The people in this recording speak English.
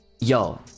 yo